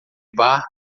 bar